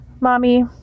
mommy